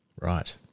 Right